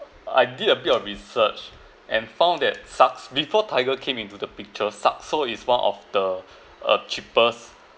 I did a bit of research and found that sax~ before tiger came into the picture Saxo is one of the uh cheapest